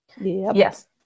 Yes